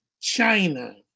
China